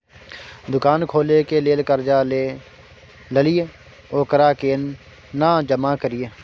दुकान खोले के लेल कर्जा जे ललिए ओकरा केना जमा करिए?